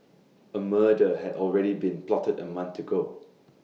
A murder had already been plotted A month ago